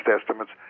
estimates